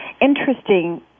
interesting